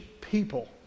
people